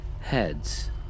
heads